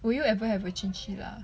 would you ever have a chinchilla